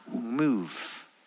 move